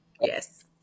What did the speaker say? Yes